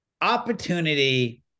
opportunity